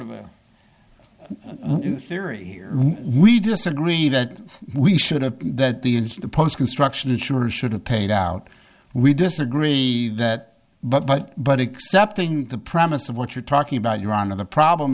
theory we disagree that we should have that the initial post construction insurance should have paid out we disagree that but but but except the promise of what you're talking about your honor the problem